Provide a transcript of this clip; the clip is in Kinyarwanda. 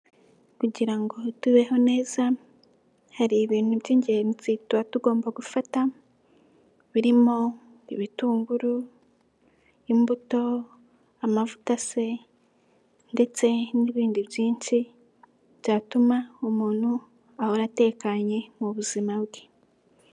Kugira ngo tubeho neza hari ibintu by'ingenzi tuba tugomba gufata, birimo ibitunguru, imbuto, amavuta se ndetse n'ibindi byinshi byatuma umuntu ahora atekanye mu buzima bwe.